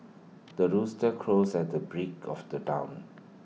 the rooster crows at the break of the dawn